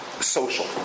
social